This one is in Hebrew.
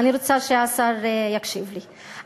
אני רוצה שהשר יקשיב לי,